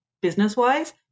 business-wise